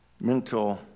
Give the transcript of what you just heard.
mental